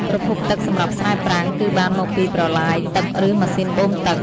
ប្រភពទឹកសម្រាប់ស្រែប្រាំងគឺបានមកពីប្រឡាយទឹកឬម៉ាស៊ីនបូមទឹក។